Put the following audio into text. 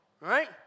right